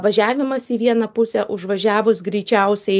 važiavimas į vieną pusę užvažiavus greičiausiai